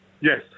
Yes